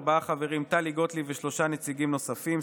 ארבעה חברים: טלי גוטליב ושלושה נציגים נוספים,